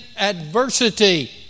adversity